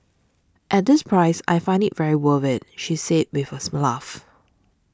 at this price I find it very worth it she said with a laugh